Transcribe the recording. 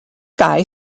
guy